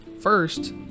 First